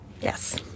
Yes